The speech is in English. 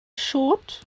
short